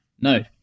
No